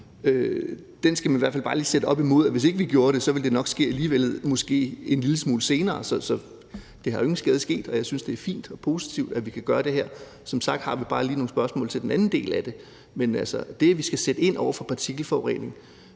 – skal man i hvert fald bare lige sætte op imod, at hvis ikke vi gjorde det, ville det nok ske alligevel måske en lille smule senere. Det er jo ingen skade til, og jeg synes, det er fint og positivt, at vi kan gøre det her. Som sagt har vi bare lige nogle spørgsmål til den anden del af det. Men det, at vi skal sætte ind over for partikelforurening